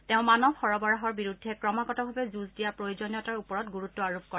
তেওঁ মানৱ সৰবৰাহৰ বিৰুদ্ধে ক্ৰমাগতভাৱে যুঁজ দিয়াৰ প্ৰয়োজনীয়তাৰ ওপৰত গুৰুত্ব আৰোপ কৰে